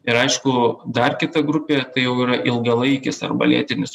ir aišku dar kita grupė tai jau yra ilgalaikis arba lėtinis